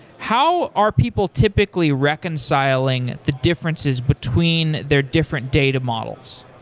how are people typically reconciling the differences between their different data models?